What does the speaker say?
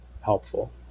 helpful